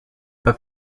pas